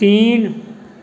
तीन